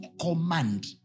command